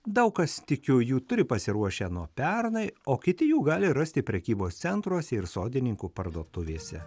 daug kas tikiu jų turi pasiruošę nuo pernai o kiti jų gali rasti prekybos centruose ir sodininkų parduotuvėse